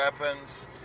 weapons